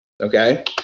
Okay